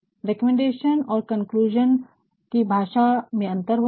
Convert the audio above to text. recommendation और conclusion की भाषा में अंतर होता है